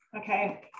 okay